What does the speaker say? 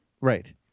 right